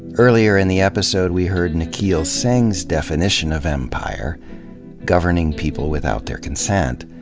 earlier in the episode we heard nikhil singh's definition of empire governing people without their consent.